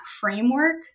framework